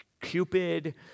Cupid